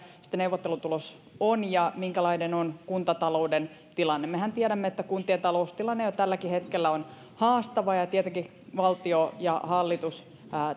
sitten neuvottelutulos on ja minkälainen on kuntatalouden tilanne mehän tiedämme että kuntien taloustilanne jo tälläkin hetkellä on haastava ja tietenkin valtio ja hallitus